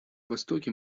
востоке